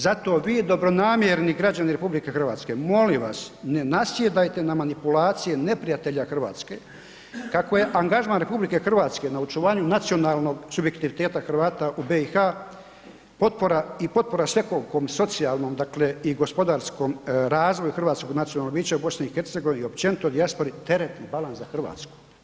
Zato vi dobronamjerni građani RH, molim vas, ne nasjedajte na manipulacije neprijatelja Hrvatske kako je angažman RH na očuvanju nacionalnog subjektiviteta Hrvata u BiH i potpora svekolikom i socijalnom dakle i gospodarskom razvoju hrvatskog nacionalnog bića u BiH i općenito dijaspori teret i balans za Hrvatsku.